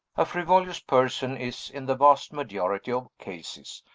a frivolous person is, in the vast majority of cases,